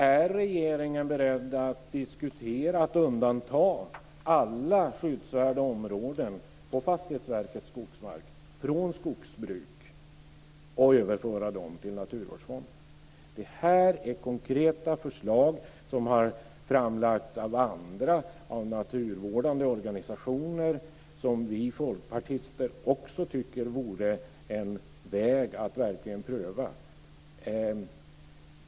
Är regeringen beredd att diskutera att undanta alla skyddsvärda områden på Fastighetsverkets skogsmark från skogsbruk och överföra dem till Naturvårdsfonden? Det här är konkreta förslag som har framlagts av andra, bl.a. av naturvårdande organisationer, och som vi folkpartister också tycker vore en väg att verkligen pröva.